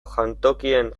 jantokien